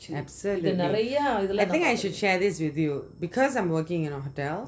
absolutely I think I should share this with you because I am working in a hotel